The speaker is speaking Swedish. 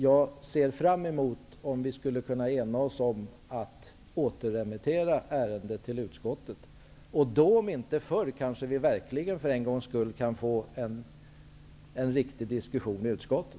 Jag ser fram emot att vi skall kunna ena oss om att återremittera ärendet till utskottet. Då, om inte förr, kanske vi verkligen för en gångs skull kan få en riktig diskussion i utskottet.